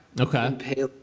Okay